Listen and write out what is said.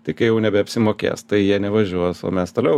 tai kai jau nebeapsimokės tai jie nevažiuos o mes toliau